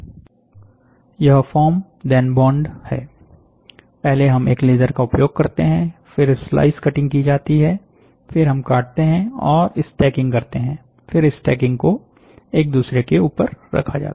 यह form then bond है पहले हम एक लेजर का उपयोग करते हैं फिर स्लाइस कटिंग की जाती है फिर हम काटते हैं और स्टैकिंग करते हैं फिर स्टैकिंग को एक दूसरे के ऊपर रखा जाता है